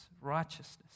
righteousness